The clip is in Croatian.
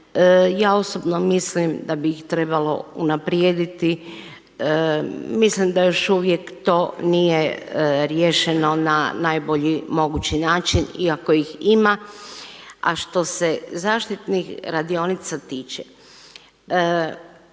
Ja osobno mislim da bi ih trebalo unaprijediti. Mislim da još uvijek to nije riješeno na najbolji mogući način iako ih ima. A što se zaštitnih radionica tiče,